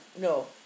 No